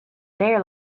there